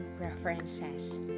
references